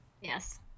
Yes